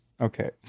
Okay